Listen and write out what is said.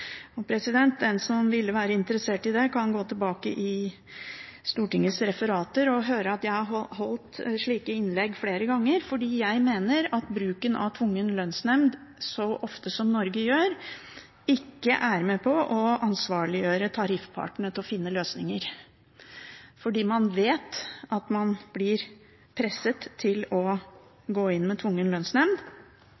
Den som ville være interessert i det, kan gå tilbake i Stortingets referater og se at jeg har holdt slike innlegg flere ganger, fordi jeg mener at bruken av tvungen lønnsnemnd så ofte som i Norge, ikke er med på å ansvarliggjøre tariffpartene til å finne løsninger. For man vet at man blir presset til å